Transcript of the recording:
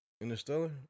Interstellar